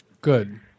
Good